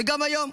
וגם היום,